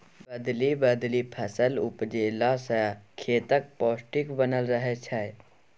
बदलि बदलि फसल उपजेला सँ खेतक पौष्टिक बनल रहय छै